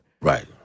Right